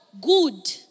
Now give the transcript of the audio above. good